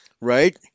right